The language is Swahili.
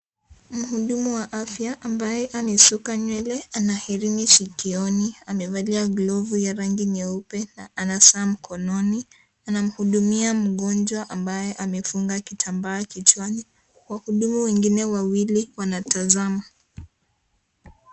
Mhudumu wa afia ambae anaisuka nywele ana herini sikioni amevalia glovu ya rangi nyeupe na ana saa mkononi. Anamhudumia mgonjwa ambae amefunga kitambaa kichwani wahudumu wengine wawili wanatazama.